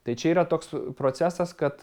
tai čia yra toks procesas kad